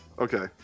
Okay